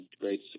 great